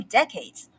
decades